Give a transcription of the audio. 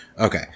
Okay